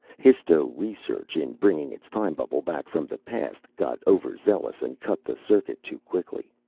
histo-research in bringing its time bubble back from the past got overzealous and cut the circuit too quickly.